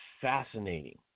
fascinating